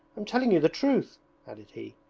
i'm telling you the truth added he,